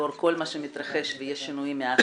לאור כל מה שמתרחש ויש שינויים מאז